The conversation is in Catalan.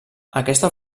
aquesta